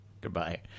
goodbye